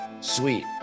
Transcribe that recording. sweet